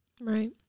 Right